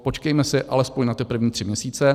Počkejme si alespoň na ty první tři měsíce.